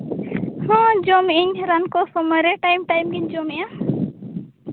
ᱦᱳᱭ ᱡᱚᱢ ᱮᱫᱟᱹᱧ ᱨᱟᱱ ᱠᱚ ᱥᱚᱢᱚᱭ ᱨᱮ ᱴᱟᱭᱤᱢ ᱴᱟᱭᱤᱢ ᱜᱤᱧ ᱡᱚᱢ ᱮᱫᱟ